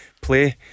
play